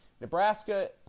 Nebraska